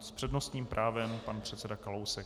S přednostním právem pan předseda Kalousek.